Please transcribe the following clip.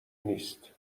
نیست